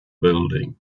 building